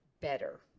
better